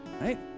right